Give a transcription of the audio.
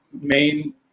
main